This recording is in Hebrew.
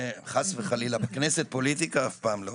חס וחלילה, כנסת פוליטיקה, אף פעם לא.